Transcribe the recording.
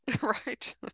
Right